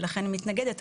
ולכן היא מתנגדת.